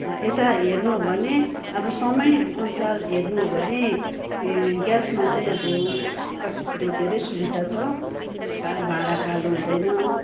यता हेर्नु हो भने अब समय अनुसार हेर्नु हो भने ग्यासमा चाहिँ अब कति कुरो धेरै सुविधा छ भाँडा कालो हुँदैन